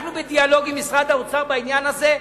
אנחנו בדיאלוג עם משרד האוצר בעניין הזה,